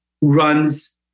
runs